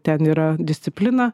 ten yra disciplina